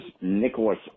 Nicholas